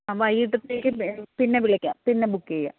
ആ വൈകീട്ടത്തേക്ക് പിന്നെ വിളിക്കാം പിന്നെ ബുക്ക് ചെയ്യാം